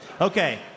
Okay